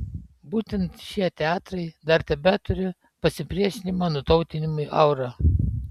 būtent šie teatrai dar tebeturi pasipriešinimo nutautinimui aurą